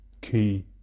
key